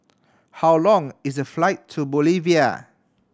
how long is the flight to Bolivia